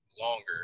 longer